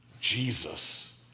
Jesus